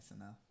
enough